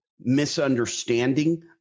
misunderstanding